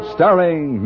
Starring